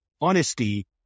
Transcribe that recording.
Honesty